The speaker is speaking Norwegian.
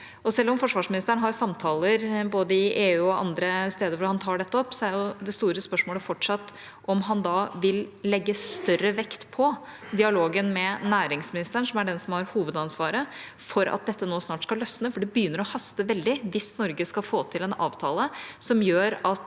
Selv om forsvarsministeren har samtaler både i EU og andre steder hvor han tar dette opp, er det store spørsmålet fortsatt om han da vil legge større vekt på dialogen med næringsministeren, som er den som har hovedansvaret, for at dette nå snart skal løsne. For det begynner å haste veldig hvis Norge skal få til en avtale som gjør at